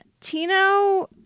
Tino